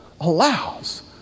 allows